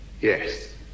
Yes